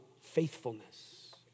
faithfulness